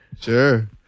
Sure